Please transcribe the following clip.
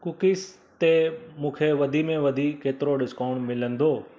cookies ते मूंखे वधि में वधि केतिरो डिस्काऊंट मिलंदो